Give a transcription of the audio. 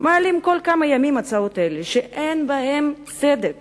מעלים כל כמה ימים הצעות אלה, שאין בהן צדק